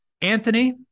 Anthony